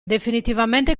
definitivamente